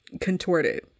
contorted